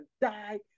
die